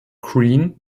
green